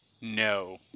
No